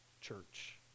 church